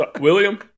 William